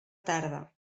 tarda